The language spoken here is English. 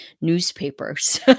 newspapers